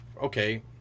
okay